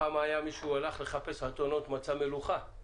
פעם מישהו הלך לחפש אתונות ומצא מלוכה.